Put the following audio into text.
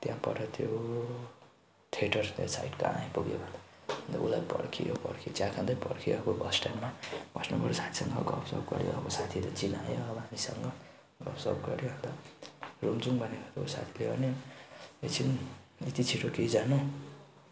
त्यहाँबाट त्यो थिएटर त्यहाँ साइड कहाँ आइपुग्यो अन्त उसलाई पर्खियो पर्खियो चिया खाँदै पर्खियो अब हस्टेलमा फर्स्टमा गएर साथीसँग गफसफ गर्यो अब साथीले चिनायो अब हामीसँग गफसफ गर्यो अन्त रुम जाउँ भन्यो अब साथीले होइन एकछिन यति छिटो के जानु